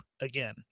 again